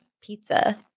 pizza